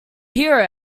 hear